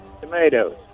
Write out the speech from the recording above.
tomatoes